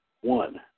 one